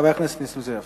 חבר הכנסת נסים זאב.